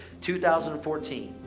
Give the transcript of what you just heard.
2014